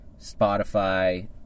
Spotify